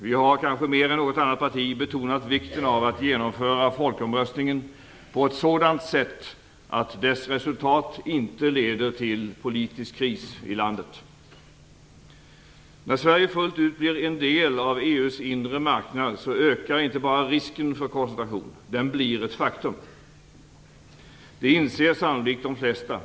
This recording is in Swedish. Vi har kanske mer än något annat parti betonat vikten av att genomföra folkomröstningen på ett sådant sätt att dess resultat inte leder till politisk kris i landet. När Sverige fullt ut blir en del av EU:s inre marknad ökar inte bara risken för koncentration. Den blir ett faktum. Det inser sannolikt de flesta.